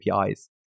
APIs